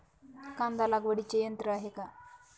कांदा लागवडीचे यंत्र आहे का?